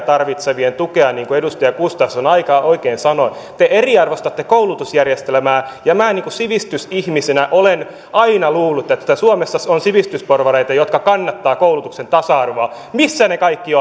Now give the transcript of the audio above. tarvitsevien tukea niin kuin edustaja gustafsson aika oikein sanoi te eriarvoistatte koulutusjärjestelmää ja minä sivistysihmisenä olen aina luullut että suomessa on sivistysporvareita jotka kannattavat koulutuksen tasa arvoa missä ne kaikki